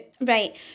right